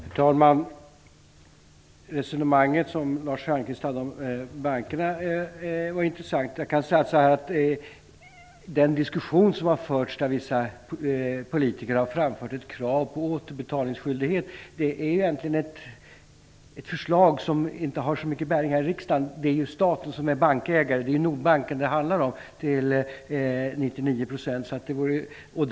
Herr talman! Det resonemag som Lars Stjernkvist förde om bankerna är intressant. Jag kan säga att den diskussion som har förts och där vissa politiker har framfört ett krav på återbetalningsskyldighet gäller egentligen ett förslag som inte har så mycket bäring i riksdagen. Det är ju staten som är bankägare. Det handlar ju till 99 % om Nordbanken.